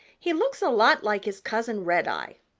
he looks a lot like his cousin, redeye,